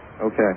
Okay